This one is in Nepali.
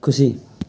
खुसी